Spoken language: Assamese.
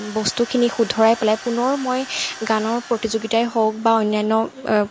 বস্তুখিনি শুধৰাই পেলাই পুনৰ মই গানৰ প্ৰতিযোগিতাই হওক বা অন্যান্য